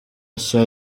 nshya